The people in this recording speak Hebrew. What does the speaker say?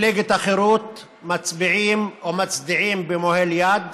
מפלגת החירות מצביעים או מצדיעים במועל יד,